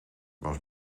was